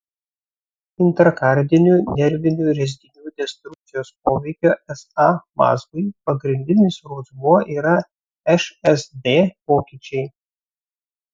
intrakardinių nervinių rezginių destrukcijos poveikio sa mazgui pagrindinis rodmuo yra šsd pokyčiai